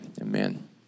Amen